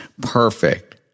perfect